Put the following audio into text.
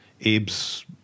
Abe's